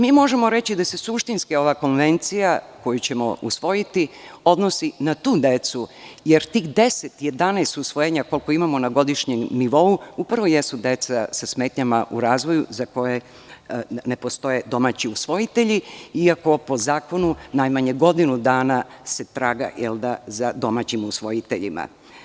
Možemo reći da se suštinski ova konvencija, koju ćemo usvojiti, odnosi na tu decu, jer tih 10, 11 usvojenja, koliko imamo na godišnjem nivou, upravo jesu deca sa smetnjama u razvoju za koje ne postoje domaći usvojitelji, iako po zakonu najmanje godinu dana se traga za domaćim usvojiteljima.